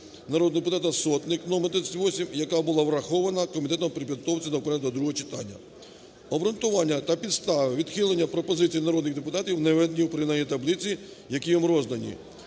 народного депутата Сотник номер 38, яка була врахована комітетом при підготовці законопроекту до другого читання. Обґрунтування та підстави відхилення пропозицій народних депутатів наведені у порівняльній таблиці, яка вам роздана.